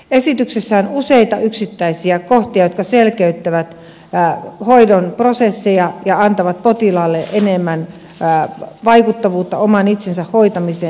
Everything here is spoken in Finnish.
esityksessä on useita yksittäisiä kohtia jotka selkeyttävät hoidon prosesseja ja antavat potilaalle enemmän vaikuttavuutta oman itsensä hoitamiseen